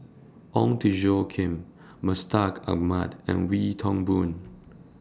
Ong Tjoe Kim Mustaq Ahmad and Wee Toon Boon